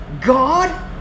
God